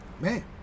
Man